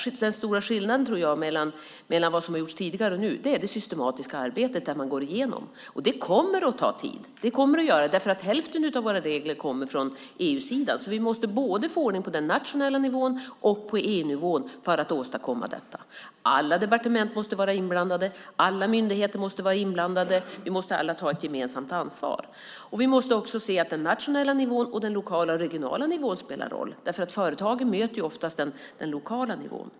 Den stora skillnaden mellan vad som har gjorts tidigare och nu är det systematiska arbetet, där man går igenom det. Det kommer att ta tid. Det kommer det att göra, för hälften av våra regler kommer från EU-sidan. Vi måste få ordning både på den nationella nivån och på EU-nivån för att åstadkomma detta. Alla departement måste vara inblandade. Alla myndigheter måste vara inblandade. Vi måste alla ta ett gemensamt ansvar. Vi måste också se att den nationella nivån och den lokala och regionala nivån spelar roll. Företagen möter oftast den lokala nivån.